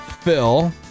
Phil